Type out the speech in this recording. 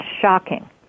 shocking